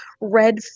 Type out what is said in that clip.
red